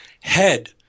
head